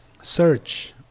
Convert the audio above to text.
search